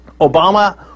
Obama